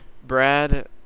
Brad